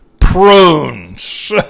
prunes